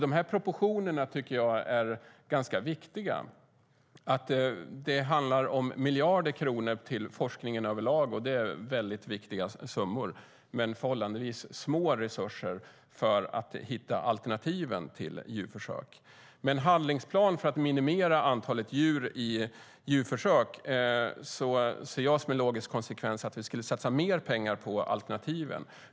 De här proportionerna tycker jag är ganska viktiga. Det handlar om miljarder kronor till forskningen överlag, och det är väldigt viktiga summor. Men det anslås förhållandevis små resurser för att hitta alternativen till djurförsök. Med en handlingsplan för att minimera antalet djur i djurförsök ser jag det som en logisk konsekvens att vi skulle satsa mer pengar på alternativen.